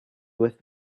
with